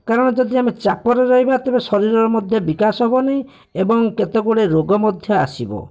କାରଣ ଯଦି ଆମେ ଚାପରେ ରହିବା ତେବେ ଶରୀରରେ ମଧ୍ୟ ବିକାଶ ହେବନି ଏବଂ କେତେଗୁଡ଼ିଏ ରୋଗ ମଧ୍ୟ ଆସିବ